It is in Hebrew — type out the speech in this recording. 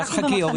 אנחנו, במחנה